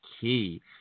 key